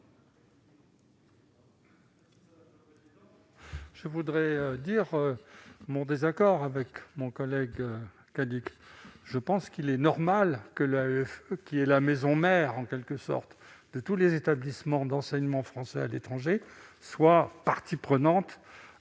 Je voudrais dire mon désaccord avec mon collègue Olivier Cadic. Il me semble normal que l'AEFE, qui est la maison mère, en quelque sorte, de tous les établissements d'enseignement français à l'étranger, soit partie prenante